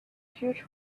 huge